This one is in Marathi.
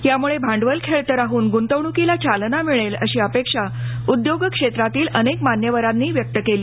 यामुळे भांडवल खेळतं राहून गुंतवणुकीला चालना मिळेल अशी अपेक्षा उद्योग क्षेत्रातील अनेक मान्यवरांनी व्यक्त केली